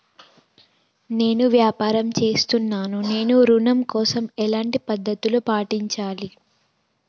నేను వ్యాపారం చేస్తున్నాను నేను ఋణం కోసం ఎలాంటి పద్దతులు పాటించాలి?